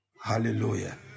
Hallelujah